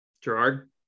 Gerard